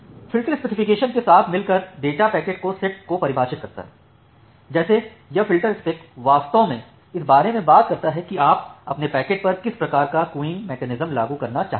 filter specification के साथ मिलकर डेटा पैकेट के सेट को परिभाषित करता है जैसे यह फ़िल्टरस्पेक वास्तव में इस बारे में बात करता है कि आप अपने पैकेट पर किस प्रकार का क्युइंग क्यूइंग मैकेनिज्म लागू करना चाहते हैं